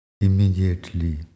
Immediately